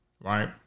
Right